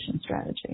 strategy